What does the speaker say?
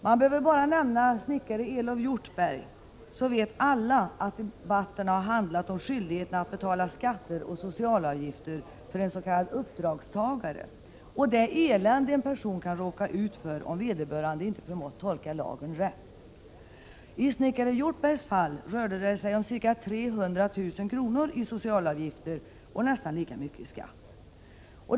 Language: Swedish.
Man behöver bara nämna snickare Elof Hjortberg, så vet alla att debatterna handlar om skyldigheten att betala skatter och socialavgifter för en s.k. uppdragstagare och det elände en person kan råka ut för om vederbörande inte förmått tolka lagen rätt. I snickare Hjortbergs fall rörde det sig om ca 300 000 kr. i socialavgifter och nästan lika mycket i skatt.